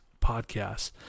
podcast